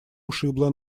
ушибла